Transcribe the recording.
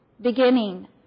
beginning